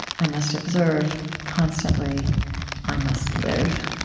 i must observe, constantly i must live.